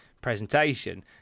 presentation